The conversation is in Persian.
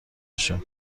باشم